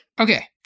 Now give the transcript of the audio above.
Okay